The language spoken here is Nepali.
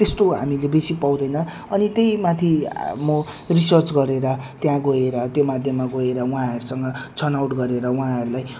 त्यस्तो हामीले बेसी पाउँदैन अनि त्यहीमाथि म रिसर्च गरेर त्यहाँ गएर त्यो माध्यममा गएर उहाँहरूसँग छनौट गरेर उहाँहरूलाई